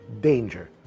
danger